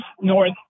north